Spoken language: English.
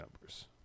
numbers